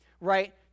right